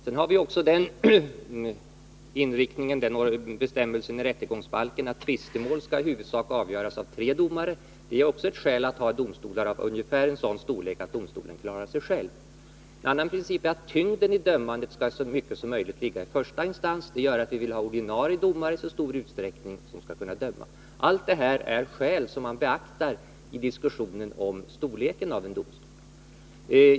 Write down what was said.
Sedan har vi också den bestämmelsen i rättegångsbalken att tvistemål i huvudsak skall avgöras av tre domare. Det är också ett skäl att ha domstolar av ungefär en sådan storlek att de kan klara sig själva. En annan princip är att tyngden i dömandet skall så mycket som möjligt ligga i första instans. Det gör att vi vill ha ordinarie domare i så stor utsträckning att rätten blir domför. Allt detta är skäl som man beaktar i diskussionen om storleken av en domstol.